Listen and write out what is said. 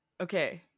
okay